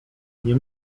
nie